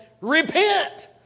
repent